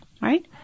right